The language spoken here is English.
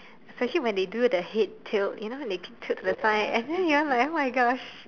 especially when they do the head tail you know they tilt to the side and you are like oh-my-Gosh